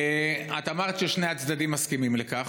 את אמרת ששני הצדדים מסכימים לכך,